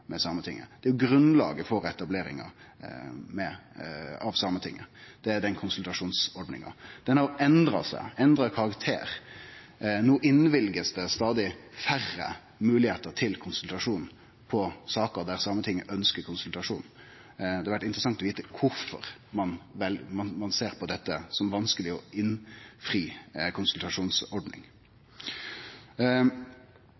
med Sametinget? Den konsultasjonsordninga er jo grunnlaget for etableringa av Sametinget. Den har endra seg, endra karakter. No blir det innvilga stadig færre moglegheiter til konsultasjon i sakar der Sametinget ønskjer konsultasjon. Det hadde vore interessant å vite kvifor ein ser på det som vanskeleg å innfri